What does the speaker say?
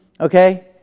Okay